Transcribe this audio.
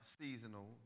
seasonal